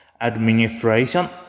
administration